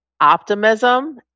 optimism